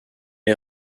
est